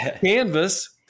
Canvas